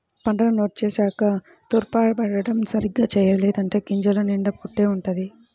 పంటను నూర్చేశాక తూర్పారబట్టడం సరిగ్గా చెయ్యలేదంటే గింజల నిండా పొట్టే వుంటది